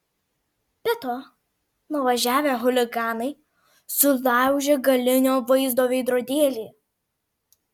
be to nuvažiavę chuliganai sulaužė galinio vaizdo veidrodėlį